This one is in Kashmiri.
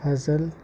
فضل